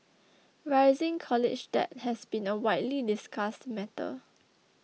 rising college debt has been a widely discussed matter